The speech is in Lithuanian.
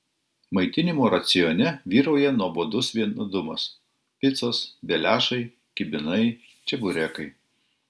maitinimo racione vyrauja nuobodus vienodumas picos beliašai kibinai čeburekai